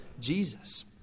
Jesus